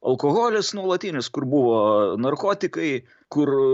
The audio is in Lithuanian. alkoholis nuolatinis kur buvo narkotikai kur